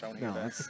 No